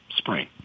Spring